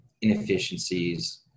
inefficiencies